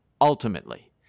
ultimately